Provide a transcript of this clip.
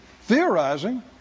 theorizing